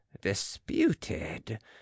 disputed